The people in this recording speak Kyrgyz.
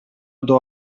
доо